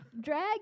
drag